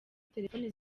telefone